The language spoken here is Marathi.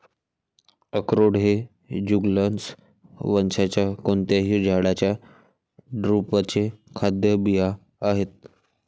अक्रोड हे जुगलन्स वंशाच्या कोणत्याही झाडाच्या ड्रुपचे खाद्य बिया आहेत